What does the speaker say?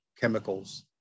chemicals